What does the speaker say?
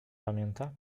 pamięta